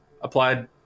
applied